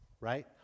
right